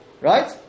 right